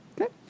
okay